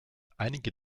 einige